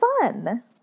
fun